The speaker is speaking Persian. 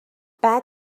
بعد